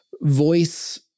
voice